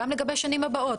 גם לגבי השנים הבאות,